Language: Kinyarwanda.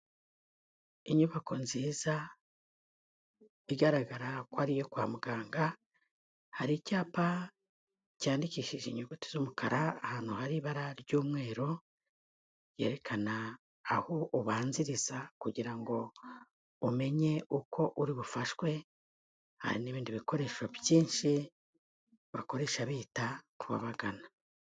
Inyubako nziza igaragara ko ari iyo kwa muganga, hari icyapa cyandikishije inyuguti z'umukara ahantu hari ibara ry'umweru, ryerekana aho ubanziriza kugira ngo umenye uko uri bufashwe, hari n'ibindi bikoresho byinshi bakoresha bita ku babagana.